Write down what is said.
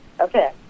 okay